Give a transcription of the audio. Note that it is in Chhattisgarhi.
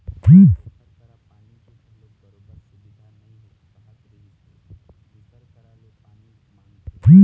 ओखर करा पानी के घलोक बरोबर सुबिधा नइ हे कहत रिहिस हे दूसर करा ले पानी मांगथे